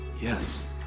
yes